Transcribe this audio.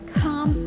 come